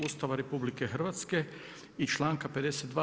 Ustava RH i članka 52.